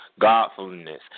Godfulness